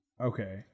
Okay